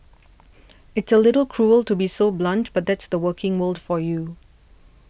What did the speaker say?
it's a little cruel to be so blunt but that's the working world for you